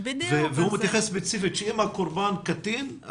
והוא מתייחס ספציפית שאם הקורבן קטין,